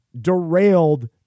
derailed